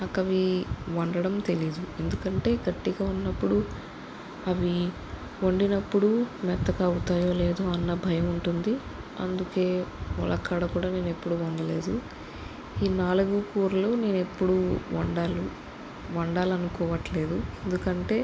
నాకవి వండడం తెలియదు అంటే గట్టిగా ఉన్నప్పుడు అవి వండినప్పుడు మెత్తగా అవుతాయో లేదో అన్న భయం ఉంటుంది అందుకే ములక్కాడ కూడా నేను ఎప్పుడూ వండలేదు ఈ నాలుగు కూరలు నేను ఎప్పుడూ వండను వండాలని అనుకోవట్లేదు ఎందుకంటే